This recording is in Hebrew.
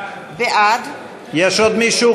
בעד יש עוד מישהו?